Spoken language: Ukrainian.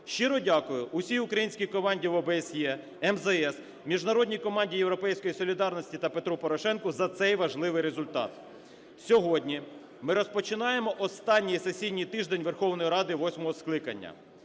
Щиро дякую усій українській команді в ОБСЄ, МЗС, міжнародній команді "Європейської Солідарності" та Петру Порошенку за цей важливий результат. Сьогодні ми розпочинаємо останній сесійний тиждень Верховної Ради восьмого скликання.